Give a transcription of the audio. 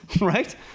right